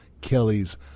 Kelly's